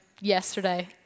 yesterday